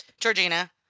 Georgina